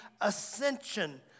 ascension